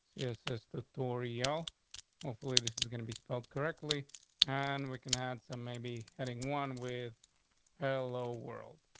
yes, it's the story l hopefully this is gonna be spelled correctly on and we can add. some may be heading one with hello world.